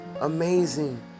amazing